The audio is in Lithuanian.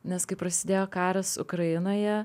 nes kai prasidėjo karas ukrainoje